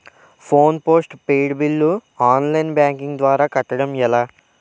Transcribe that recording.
Phone postpaid bill online banking ద్వారా కట్టడం ఎలా?